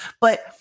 But-